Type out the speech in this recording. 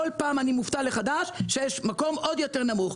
ובכל פעם אני מופתע מחדש שיש מקום עוד יותר נמוך.